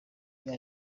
bya